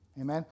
Amen